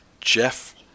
Jeff